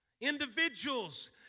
Individuals